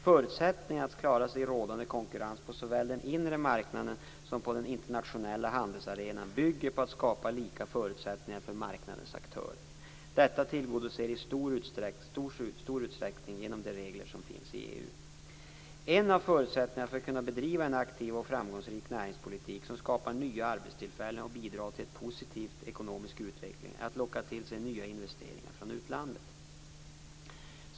Förutsättningarna att klara sig i rådande konkurrens på såväl den inre som den internationella handelsarenan bygger på att skapa lika förutsättningar för marknadens aktörer. Detta tillgodoses i stor utsträckning genom de regler som finns i EU. En av förutsättningarna för att kunna bedriva en aktiv och framgångsrik näringspolitik som skapar nya arbetstillfällen och bidrar till en positiv ekonomisk utveckling är att locka till sig nya investeringar från utlandet.